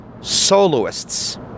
soloists